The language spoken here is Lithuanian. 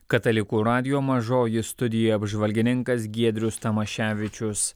katalikų radijo mažoji studija apžvalgininkas giedrius tamaševičius